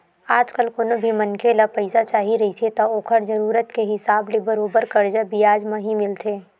आजकल कोनो भी मनखे ल पइसा चाही रहिथे त ओखर जरुरत के हिसाब ले बरोबर करजा बियाज म ही मिलथे